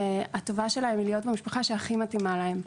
והטובה שלהם היא להיות במשפחה שהכי מתאימה להם.